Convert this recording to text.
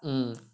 mm